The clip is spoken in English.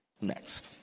Next